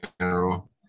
general